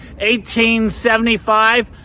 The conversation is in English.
1875